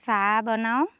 চাহ বনাওঁ